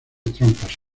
trompas